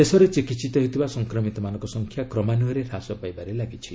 ଦେଶରେ ଚିକିିିତ ହେଉଥିବା ସଂକ୍ରମିତମାନଙ୍କ ସଂଖ୍ୟା କ୍ରମାନୃୟରେ ହ୍ରାସ ପାଇବାରେ ଲାଗିଛି